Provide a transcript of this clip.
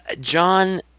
john